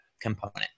component